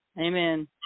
Amen